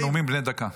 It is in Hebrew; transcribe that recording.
נאומים בני דקה.